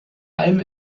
allem